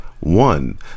One